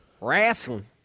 Wrestling